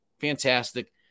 Fantastic